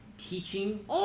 teaching